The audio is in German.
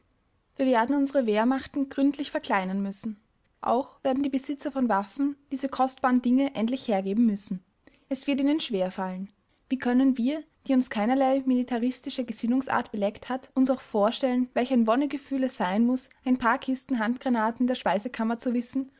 wir werden unsere wehrmachten gründlich verkleinern müssen auch werden die besitzer von waffen diese kostbaren dinge endlich hergeben müssen es wird ihnen schwer fallen wie können wir die uns keinerlei militaristische gesinnungsart beleckt hat uns auch vorstellen welch ein wonnegefühl es sein muß ein paar kisten handgranaten in der speisekammer zu wissen